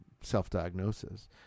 self-diagnosis